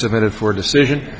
submitted for decision